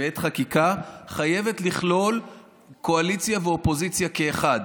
בעת חקיקה, חייבת לכלול קואליציה ואופוזיציה כאחד.